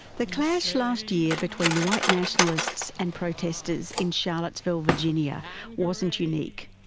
the clash last year between white nationalists and protesters in charlottesville virginia wasn't unique.